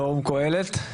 פורום קהלת,